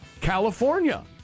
California